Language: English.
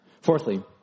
Fourthly